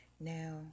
Now